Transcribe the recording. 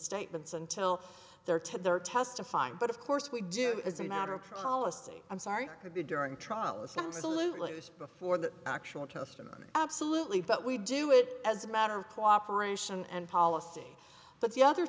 statements until they're to they're testifying but of course we do as a matter of policy i'm sorry could be during trial the same solution before the actual testimony absolutely but we do it as a matter of cooperation and policy but the other